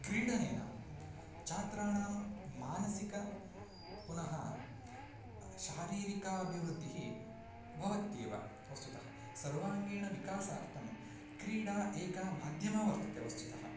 क्रीडनेन छात्राणां मानसिकं पुनः शारीरिकाभिवृद्धिः भवत्येव वस्तुतः सर्वाङ्गीणविकासार्थं क्रीडा एका माध्यमा वर्तते वस्तुतः